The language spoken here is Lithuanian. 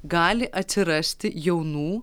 gali atsirasti jaunų